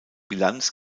bilanz